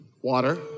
Water